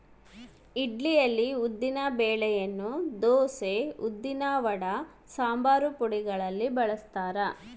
ಇಡ್ಲಿಯಲ್ಲಿ ಉದ್ದಿನ ಬೆಳೆಯನ್ನು ದೋಸೆ, ಉದ್ದಿನವಡ, ಸಂಬಾರಪುಡಿಯಲ್ಲಿ ಬಳಸ್ತಾರ